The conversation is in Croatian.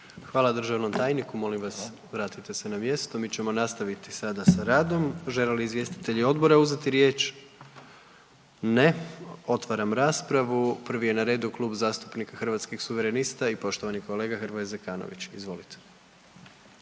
Hvala državnom tajniku, molim vas vratite se na mjesto, mi ćemo nastaviti sada sa radom. Žele li izvjestitelji odbora uzeti riječ? Ne, otvaram raspravu, prvi je na redu Klub zastupnika Hrvatskih suverenista i poštovani kolega Hrvoje Zekanović. Izvolite.